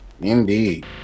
indeed